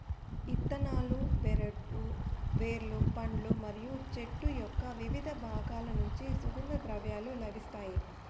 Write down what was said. ఇత్తనాలు, బెరడు, వేర్లు, పండ్లు మరియు చెట్టు యొక్కవివిధ బాగాల నుంచి సుగంధ ద్రవ్యాలు లభిస్తాయి